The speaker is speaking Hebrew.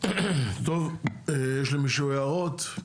יש למישהו הערות?